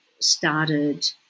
started